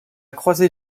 croisée